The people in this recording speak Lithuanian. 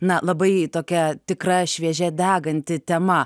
na labai tokia tikra šviežia deganti tema